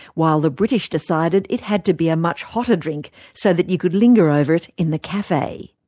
while the british decided it had to be a much hotter drink so that you could linger over it in the cafe.